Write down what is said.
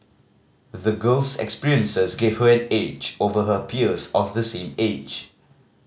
the girl's experiences give her an edge over her peers of the same age